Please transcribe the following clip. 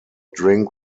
drink